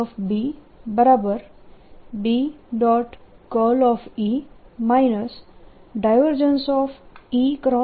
B